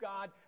God